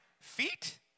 feet